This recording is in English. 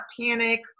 panic